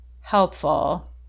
helpful